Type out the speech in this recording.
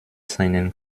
seinen